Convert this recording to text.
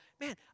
man